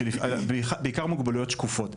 בעיקר מוגבלויות שקופות,